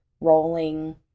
rolling